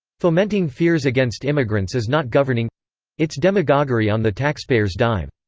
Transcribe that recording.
fomenting fears against immigrants is not governing it's demagoguery on the taxpayer's dime.